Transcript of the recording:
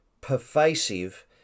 pervasive